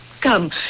come